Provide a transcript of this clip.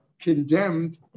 condemned